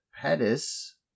Pettis